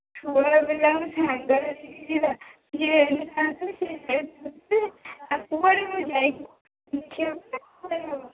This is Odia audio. ଛୁଆପିଲାଙ୍କୁ ଛାଡ଼ି ଦେଇକି ଯିବା